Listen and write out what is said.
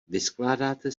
vyskládáte